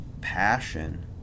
passion